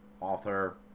author